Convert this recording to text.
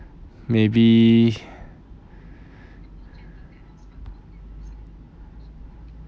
maybe